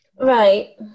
right